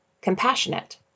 compassionate